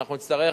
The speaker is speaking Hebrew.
ואנחנו נצטרך